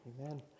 Amen